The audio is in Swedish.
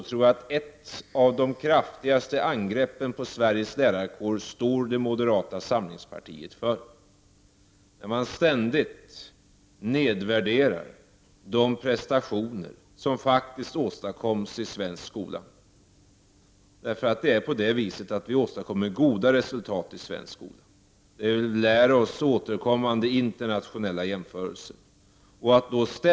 För ett av de kraftigaste angreppen på skolan står moderata samlingspartiet när det ständigt nedvärderar de prestationer som faktiskt åstadkoms i svensk skola. Vi åstadkommer goda resultat i svensk skola. Det lär vi oss av återkommande internationella jämförelser.